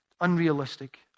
unrealistic